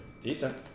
Decent